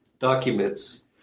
documents